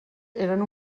eren